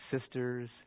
sisters